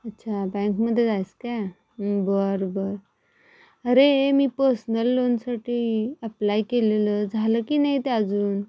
अच्छा बँकमध्ये जायचं काय बरं बरं अरे मी पर्सनल लोनसाठी अप्लाय केलेलं झालं की नाही ते अजून